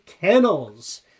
Kennels